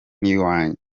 w’i